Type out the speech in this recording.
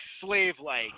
slave-like